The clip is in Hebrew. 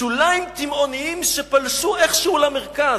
שוליים תימהוניים שפלשו איכשהו למרכז.